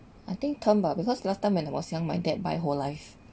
I think term bah because last time when I was young my dad buy whole life